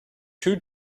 two